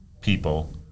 people